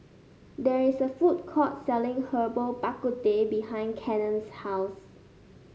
there is a food court selling Herbal Bak Ku Teh behind Cannon's house